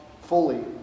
fully